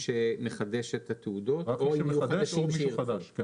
שמחדש את התעודות או אם יהיו חדשים שירצו.